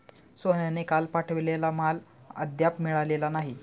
सोहनने काल पाठवलेला माल अद्याप मिळालेला नाही